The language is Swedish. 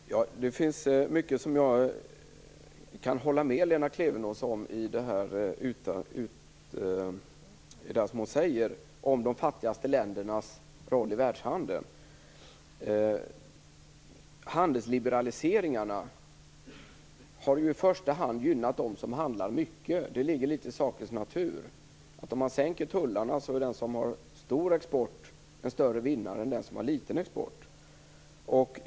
Herr talman! Det finns mycket som jag kan hålla med Lena Klevenås om i det hon säger om de fattigaste ländernas roll i världshandeln. Handelsliberaliseringarna har i första hand gynnat dem som handlar mycket. Det ligger litet grand i sakens natur att om man sänker tullarna, så är den som har stor export en större vinnare än den som har liten export.